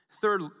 Third